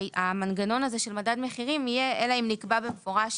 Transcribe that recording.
שהמנגנון של מדד מחירים יהיה אלא אם נקבע במפורש